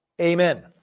Amen